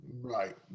Right